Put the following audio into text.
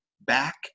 back